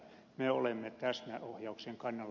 me olemme täsmäohjauksen kannalla